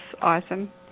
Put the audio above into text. awesome